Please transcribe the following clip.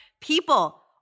people